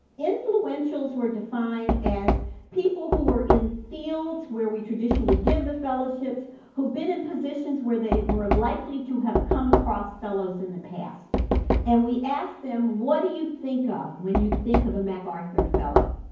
influentials were defined as people who were in fields where we traditionally give the fellowships who've been in possessions where they were likely to have come across fellows in the past and we asked them what do you think of when you think of a macarthur fellow?